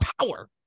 power